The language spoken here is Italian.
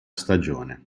stagione